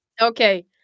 Okay